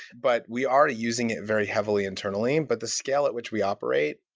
but we are using it very heavily internally, but the scale at which we operate,